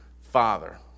father